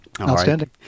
Outstanding